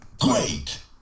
Great